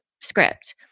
script